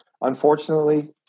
Unfortunately